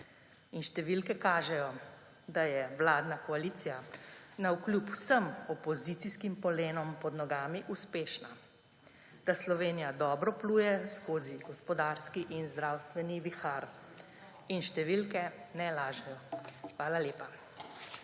številke kažejo, da je vladna koalicija navkljub vsem opozicijskim polenom pod nogami uspešna, da Slovenija dobro pluje skozi gospodarski in zdravstveni vihar. In številke ne lažejo. Hvala lepa.